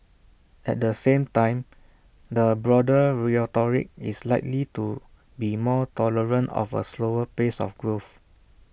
at the same time the broader rhetoric is likely to be more tolerant of A slower pace of growth